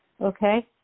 Okay